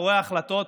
מאחורי החלטות